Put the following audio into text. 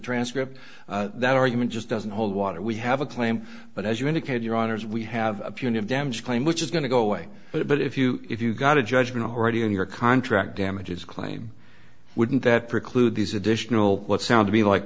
transcript that argument just doesn't hold water we have a claim but as you indicated your honour's we have a punitive damage claim which is going to go away but if you if you got a judgment already on your contract damages claim wouldn't that preclude these additional what sound to be like